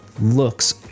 looks